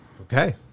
Okay